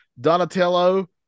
Donatello